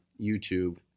YouTube